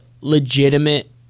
legitimate